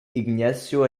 ignacio